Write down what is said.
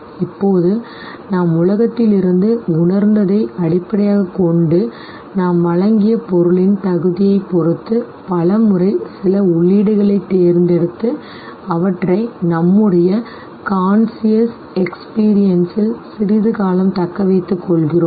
இப்போது நாம் உலகத்திலிருந்து உணர்ந்ததை அடிப்படையாகக் கொண்டு நாம் வழங்கிய பொருளின் தகுதியைப் பொறுத்து பல முறை சில உள்ளீடுகளைத் தேர்ந்தெடுத்து அவற்றை நம்முடைய conscious experience ல் சிறிது காலம் தக்க வைத்துக் கொள்கிறோம்